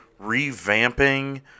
revamping